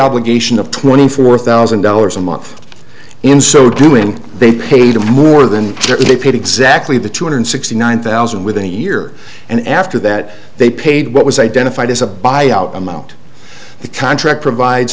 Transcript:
obligation of twenty four thousand dollars a month in so doing they paid more than they paid exactly the two hundred sixty nine thousand within a year and after that they paid what was identified as a buyout amount for the contract provides